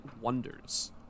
wonders